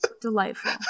Delightful